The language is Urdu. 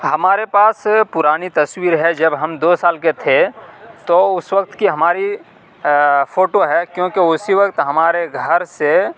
ہمارے پاس پرانی تصویر ہے جب ہم دو سال کے تھے تو اس وقت کی ہماری فوٹو ہے کیونکہ اسی وقت ہمارے گھر سے